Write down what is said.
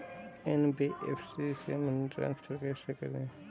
NBFC से money transfer कैसे करें?